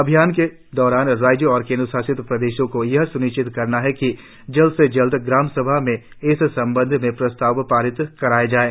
अभियान के दौरान राज्यों और केंद्रशासित प्रदेशों को यह सुनिश्चित करना है कि जल्द से जल्द ग्राम सभा में इस संबंध में प्रस्ताव पारित कराया जाये